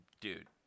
dude